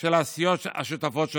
של הסיעות השותפות שלך.